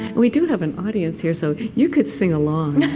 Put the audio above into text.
and we do have an audience here, so, you could sing along yeah